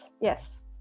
yes